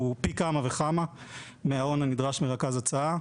הוא גדול פי כמה וכמה מההון הנדרש מרכז הצעה.